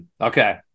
Okay